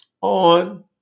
on